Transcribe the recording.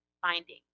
finding